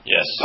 Yes